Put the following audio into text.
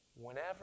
whenever